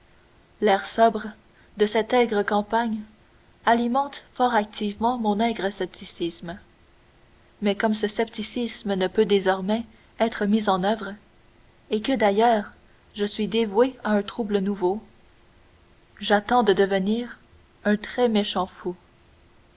l'air sobre de cette aigre campagne alimente fort activement mon aigre scepticisme mais comme ce scepticisme ne peut désormais être mis en oeuvre et que d'ailleurs je suis dévoué à un trouble nouveau j'attends de devenir un très méchant fou